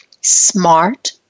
smart